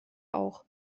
auch